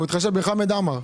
הוא מתחשב בחמד עמאר.